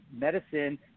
medicine